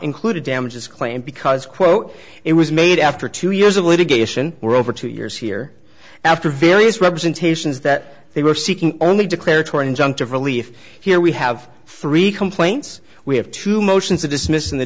include a damages claim because quote it was made after two years of litigation were over two years here after various representations that they were seeking only declaratory injunctive relief here we have three complaints we have two motions to dismiss in the